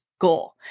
Goal